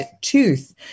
tooth